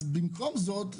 במקום זאת,